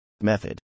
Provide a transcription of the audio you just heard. Method